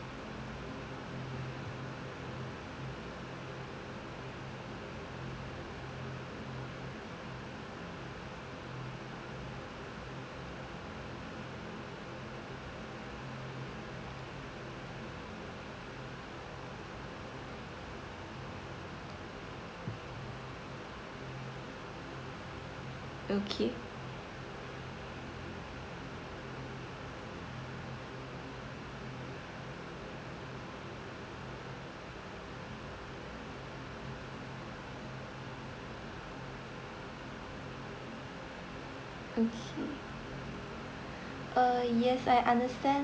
okay okay uh yes I understand uh